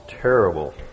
terrible